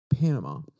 Panama